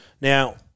Now